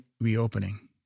reopening